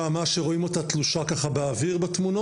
זו האמה שרואים אותה תלושה ככה באוויר בתמונות.